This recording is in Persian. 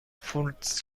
فودز